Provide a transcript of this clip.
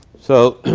so,